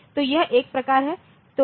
तो यह एक प्रकार हैं